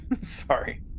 sorry